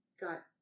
got